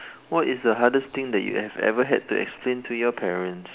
what is the hardest thing that you have ever had to explain to your parents